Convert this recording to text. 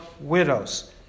widows